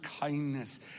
kindness